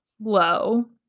low